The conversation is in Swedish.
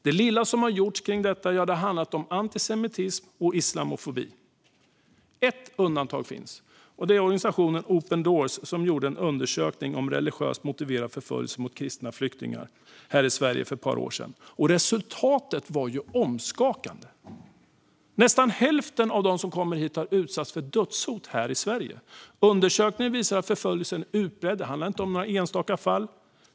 Det lilla som gjorts har handlat om antisemitism och islamofobi. Ett undantag finns, och det är organisationen Open Doors som gjorde en undersökning om religiöst motiverad förföljelse mot kristna flyktingar i Sverige för ett par år sedan, och resultatet var omskakande. Nästan hälften av dem som kommer hit har utsatts för dödshot här i Sverige. Undersökningen visade att förföljelsen är utbredd. Det handlar inte om några enstaka fall.